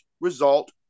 result